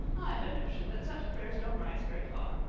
i've a notion that such prayers don't rise very far.